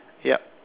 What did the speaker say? yup